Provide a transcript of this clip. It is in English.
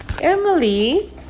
Emily